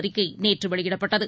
அறிக்கைநேற்றவெளியிடப்பட்டது